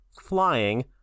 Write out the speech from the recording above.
flying